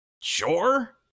Sure